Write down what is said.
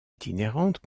itinérante